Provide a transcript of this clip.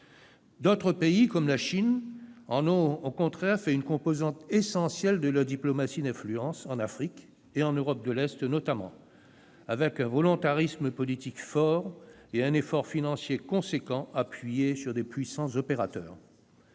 D'autres pays comme la Chine en ont au contraire fait une composante essentielle de leur diplomatie d'influence, en Afrique, et en Europe de l'Est notamment, avec un volontarisme politique fort et un effort financier important, appuyé sur de puissants opérateurs.